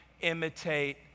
imitate